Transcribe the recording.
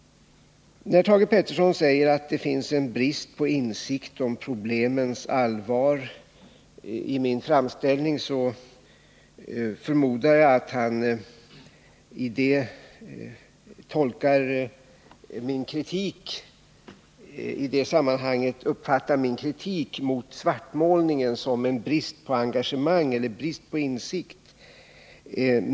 När Thage Peterson säger att det finns en brist på insikt om problemens allvar i min framställning, förmodar jag att han i detta sammanhang uppfattar min kritik mot svartmålningen som en brist på engagemang eller brist på insikt.